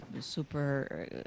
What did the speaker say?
super